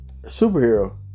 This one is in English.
superhero